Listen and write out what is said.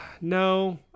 No